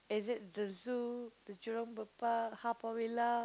is it the zoo the Jurong-Bird-Park Haw-Par-Villa